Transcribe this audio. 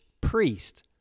priest